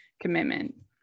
commitment